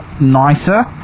nicer